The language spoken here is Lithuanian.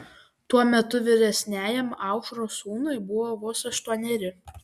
tuo metu vyresniajam aušros sūnui buvo vos aštuoneri